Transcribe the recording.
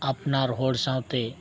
ᱟᱯᱱᱟᱨ ᱦᱚᱲ ᱥᱟᱶᱛᱮ